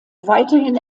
weiterhin